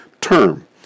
term